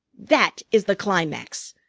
that is the climax.